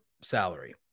salary